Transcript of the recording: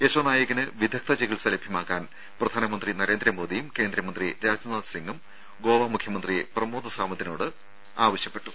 യശോനായിക്കിന് വിദഗ്ദ്ധ ചികിത്സ ലഭ്യമാക്കാൻ പ്രധാനമന്ത്രി നരേന്ദ്രമോദിയും കേന്ദ്രമന്ത്രി രാജ്നാഥ് സിംഗും ഗോവ മുഖ്യമന്ത്രി പ്രമോദ് സാവന്തിനോട് ആവശ്യപ്പെട്ടു